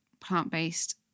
plant-based